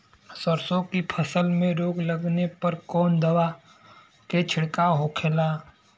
सरसों की फसल में रोग लगने पर कौन दवा के छिड़काव होखेला?